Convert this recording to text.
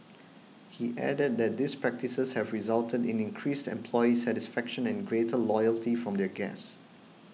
he added that these practices have resulted in increased employee satisfaction and a greater loyalty from their guests